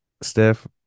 steph